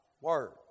word